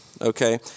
Okay